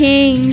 King